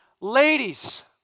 Ladies